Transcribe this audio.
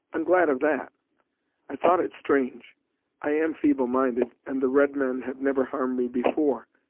i'm glad of that i thought it strange i am feeble minded, and the redmen have never harmed me before.